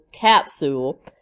capsule